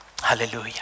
Hallelujah